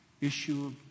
issue